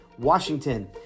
Washington